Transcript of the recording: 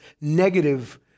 negative